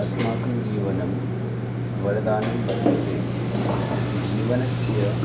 अस्माकं जीवनं वरदानं वर्तते जीवनस्य